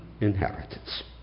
inheritance